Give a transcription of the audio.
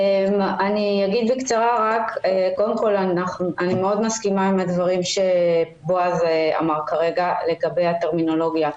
אני מאוד מסכימה עם הדברים שבועז אמר כרגע לגבי הטרמינולוגיה.